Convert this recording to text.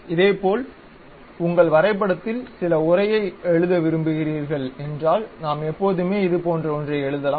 இதேபோல் உங்கள் வரைபடத்தில் சில உரையை எழுத விரும்புகிறீர்கள் என்றால் நாம் எப்போதுமே இது போன்ற ஒன்றை எழுதலாம்